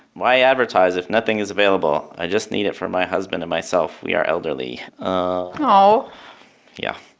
why advertise if nothing is available? i just need it for my husband and myself. we are elderly oh yeah.